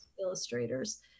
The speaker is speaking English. Illustrators